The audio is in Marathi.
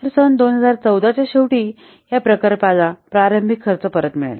तर सन २०१ 4 च्या शेवटी या प्रकल्पाला प्रारंभिक खर्च परत मिळेल